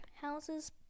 Houses